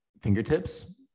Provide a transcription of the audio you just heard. fingertips